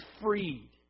freed